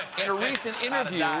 and a recent interview, yeah